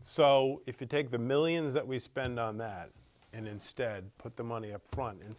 so if you take the mill means that we spend that and instead put the money up front and